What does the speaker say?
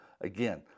Again